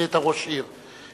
כי היית ראש עיר.